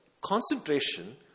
concentration